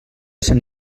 sant